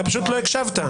אתה פשוט לא הקשבת.